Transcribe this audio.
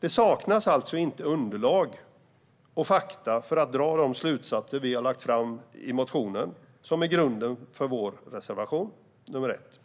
Det saknas alltså inte underlag och fakta för att dra de slutsatser som vi har lagt fram i den motion som är grunden för vår reservation nr 1.